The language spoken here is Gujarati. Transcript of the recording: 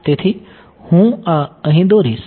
તેથી હું આ અહીં દોરીશ